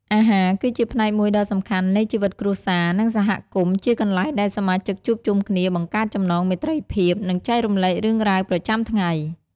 អាហារគឺជាផ្នែកមួយដ៏សំខាន់នៃជីវិតគ្រួសារ និងសហគមន៍ ជាកន្លែងដែលសមាជិកជួបជុំគ្នា បង្កើតចំណងមេត្រីភាព និងចែករំលែករឿងរ៉ាវប្រចាំថ្ងៃ។